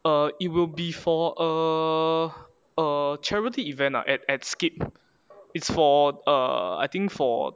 err it will be for a a charity event ah at at scape it's for err I think for